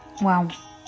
Wow